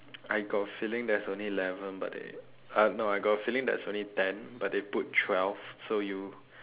I got a feeling there's only eleven but they uh no I got a feeling there is only ten but they put twelve so you